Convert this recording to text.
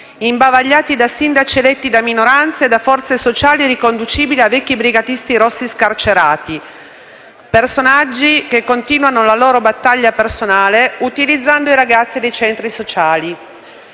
imbavagliati da sindaci eletti da minoranze e da forze sociali riconducibili a vecchi brigatisti rossi scarcerati, personaggi che continuano la loro battaglia personale utilizzando i ragazzi dei centri sociali.